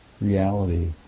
reality